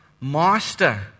master